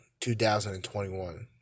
2021